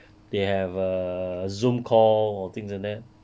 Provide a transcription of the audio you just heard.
they have err zoom calls or things like that